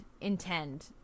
intend